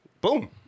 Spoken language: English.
boom